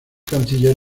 canciller